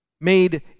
made